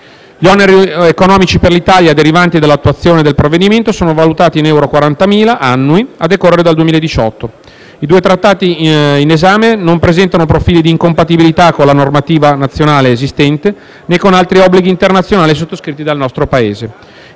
Gli oneri economici per l'Italia derivanti dall'attuazione del provvedimento sono valutati in 40.000 euro annui, a decorrere dal 2018. I due Trattati in esame non presentano profili di incompatibilità con la normativa nazionale esistente né con altri obblighi internazionali sottoscritti dal nostro Paese.